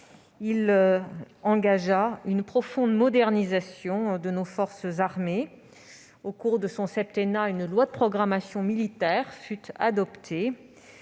il engagea une profonde modernisation de nos forces armées. Au cours de son septennat, une loi de programmation militaire fut adoptée.